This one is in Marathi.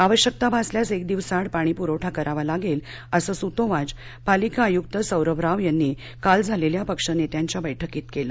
आवश्यकता भासल्यास एक दिवसाआड पाणी पुरवठा करावा लागेल असं सूतोवाच पालिका आयुक्त सौरभ राव यांनी काल झालेल्या पक्षनेत्यांच्या बैठकीमध्ये केलं